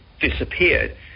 disappeared